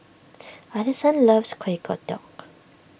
Ellison loves Kuih Kodok